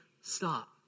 stop